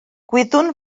gwyddwn